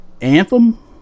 Anthem